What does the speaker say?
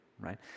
right